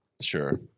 Sure